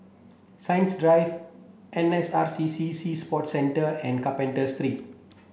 Science Drive N S R C C Sea Sports Centre and Carpenter Street